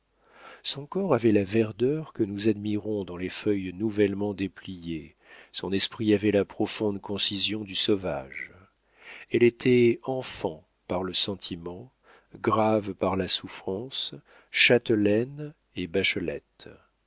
son corps avait la verdure que nous admirons dans les feuilles nouvellement dépliées son esprit avait la profonde concision du sauvage elle était enfant par le sentiment grave par la souffrance châtelaine et